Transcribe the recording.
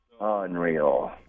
Unreal